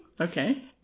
Okay